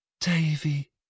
Davy